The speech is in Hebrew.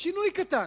שינוי קטן.